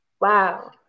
Wow